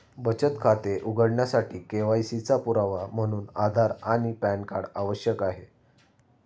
बचत खाते उघडण्यासाठी के.वाय.सी चा पुरावा म्हणून आधार आणि पॅन कार्ड आवश्यक आहे